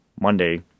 Monday